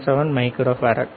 77 micro farad